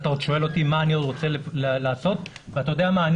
אתה עוד שואל אותי מה אני רוצה לעשות ואתה יודע מה?